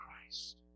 Christ